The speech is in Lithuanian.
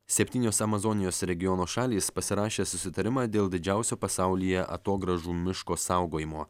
septynios amazonijos regiono šalys pasirašė susitarimą dėl didžiausio pasaulyje atogrąžų miško saugojimo